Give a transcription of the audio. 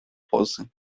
pozy